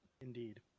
Indeed